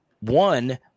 one